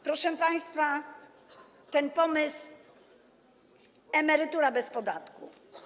Proszę państwa, ten pomysł emerytura bez podatku.